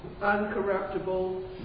uncorruptible